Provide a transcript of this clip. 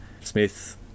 Smith